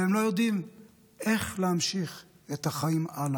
והם לא יודעים איך להמשיך את החיים הלאה.